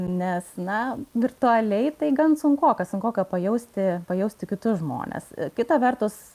nes na virtualiai tai gan sunkoka sunkoka pajausti pajausti kitus žmones kita vertus